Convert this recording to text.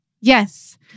Yes